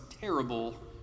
terrible